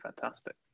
fantastic